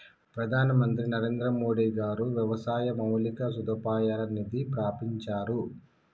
ప్రధాన మంత్రి నరేంద్రమోడీ గారు వ్యవసాయ మౌలిక సదుపాయాల నిధి ప్రాభించారు